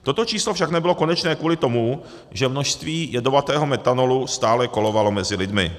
Toto číslo však nebylo konečné kvůli tomu, že množství jedovatého metanolu stále kolovalo mezi lidmi.